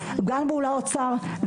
גם מול האוצר,